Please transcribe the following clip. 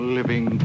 living